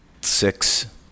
six